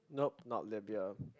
nope not Libya